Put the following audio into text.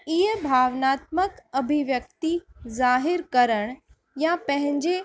इहा भावनात्मक अभिव्यक्ति ज़ाहिरु करणु या पंहिंजे